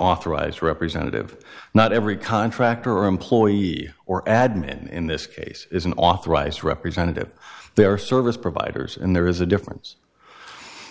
authorized representative not every contractor or employee or admin in this case is an authorized representative they are service providers and there is a difference